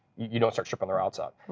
you don't start stripping the routes out.